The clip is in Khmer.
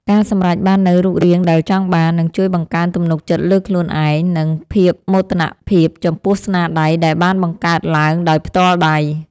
ការសម្រេចបាននូវរូបរាងដែលចង់បាន នឹងជួយបង្កើនទំនុកចិត្តលើខ្លួនឯង និងភាពមោទនភាពចំពោះស្នាដៃដែលបានបង្កើតឡើងដោយផ្ទាល់ដៃ។